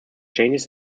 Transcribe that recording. changes